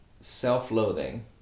self-loathing